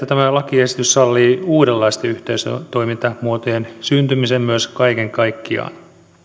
tämä lakiesitys sallii uudenlaisten yhteistoimintamuotojen syntymisen myös kaiken kaikkiaan